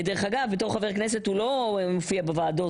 דרך אגב, כחבר כנסת הוא לא מופיע בוועדות.